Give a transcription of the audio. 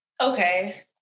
Okay